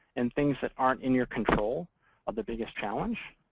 and things that aren't in your control are the biggest challenge.